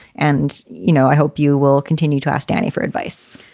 and, you know, i hope you will continue to ask danny for advice.